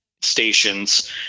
stations